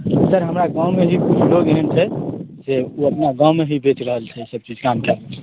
जी नहि सर हमरा गाम मे भी किछु लोग एहन छै जे कि अपना गाम मे ही बेच रहल छै दब चीज काम काय कऽ